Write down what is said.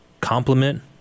complement